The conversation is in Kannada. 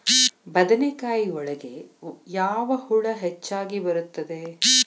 ಬದನೆಕಾಯಿ ಒಳಗೆ ಯಾವ ಹುಳ ಹೆಚ್ಚಾಗಿ ಬರುತ್ತದೆ?